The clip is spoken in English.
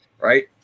right